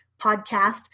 podcast